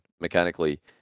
mechanically